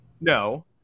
No